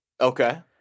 Okay